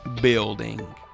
building